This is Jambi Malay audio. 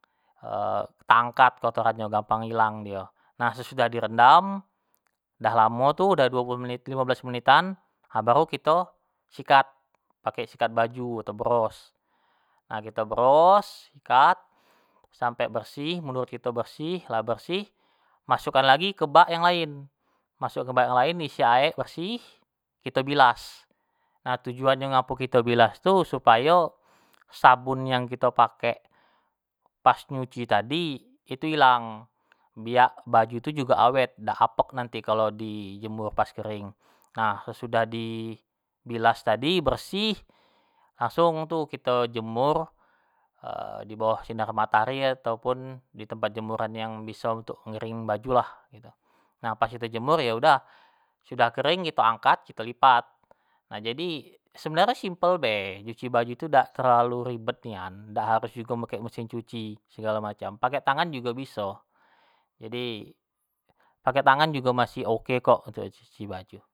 teangkat kotorannyo gampang hilang dio, nah sesudah di rendam, nah sesudah direndam, dah lamo tu udah duo puluh menit limobelas menitan ha baru kito sikat, pake sikat baju atau bross, nah kito bross, sikat, sampe bersih menurut kito bersih, lah bersih masuk an lagi ke bak lain, masuk ke bak yang lain isikan aek bersih, kito bilas, nah tujuan nyo ngapo kito bilas tu supayo sabun yang kito pakek pas nyuci tadi itu ilang, biak baju tu jugo awet, dak apek nanti kalo di jemur pas kering, nah, sesudah di bilas tadi, bersih langsung tu kito jemur, dibawah sianr matohari atau pun ditempat jemuran yang biso untuk ngeringi baju lah, nah pas kito jemur ya udah, sudah kering kito angkat, kitp lipat, nah jadi sebenanryo simple bae, nyuci baju tu dak terlalu ribet nian, dak harus jugo makek mesin cuci, segalo macam, pakek tangan jugo biso, jadi pake jugo masih oke kokuntuk nyuci baju.